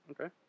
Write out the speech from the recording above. Okay